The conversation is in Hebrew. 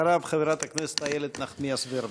אחריו, חברת הכנסת איילת נחמיאס ורבין.